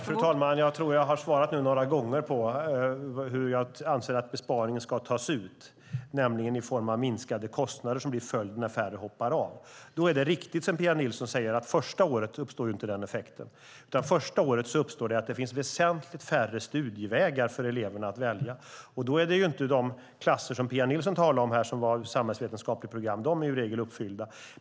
Fru talman! Jag tror att jag nu har svarat några gånger på hur jag anser att besparingen ska tas ut, nämligen i form av minskade kostnader, som blir följden när färre hoppar av. Det är riktigt, som Pia Nilsson säger, att den effekten inte uppstår första året. Men första året finns det väsentligt färre studievägar för eleverna att välja mellan. Då handlar det inte om de klasser som Pia Nilsson talar om här, när det gäller samhällsvetenskapligt program. De är i regel uppfyllda.